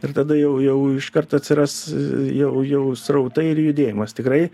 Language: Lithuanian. ir tada jau jau iškart atsiras jau jau srautai ir judėjimas tikrai